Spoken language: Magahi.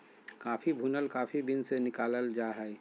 कॉफ़ी भुनल कॉफ़ी बीन्स से निकालल जा हइ